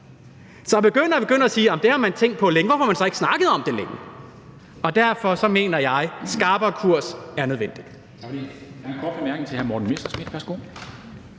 man tænkt på længe, hvorfor har man så ikke snakket om det længe? Derfor mener jeg, at en skarpere kurs er nødvendig.